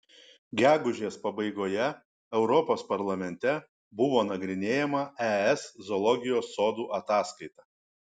gegužės pabaigoje europos parlamente buvo nagrinėjama es zoologijos sodų ataskaita